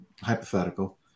hypothetical